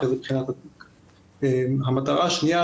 המטרה השנייה,